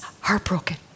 heartbroken